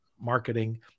marketing